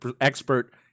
expert